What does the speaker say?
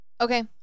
Okay